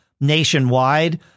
nationwide